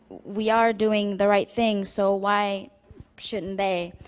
we are doing the right thing. so why shouldn't they?